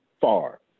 far